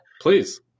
please